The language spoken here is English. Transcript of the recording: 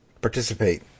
participate